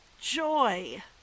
joy